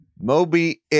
Moby